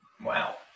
Wow